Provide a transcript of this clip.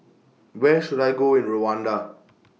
Where should I Go in Rwanda